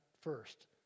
first